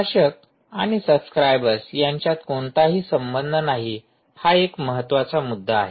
प्रकाशक आणि सब्सक्राइबर्स यांच्यात कोणताही संबंध नाही हा एक महत्त्वाचा मुद्दा आहे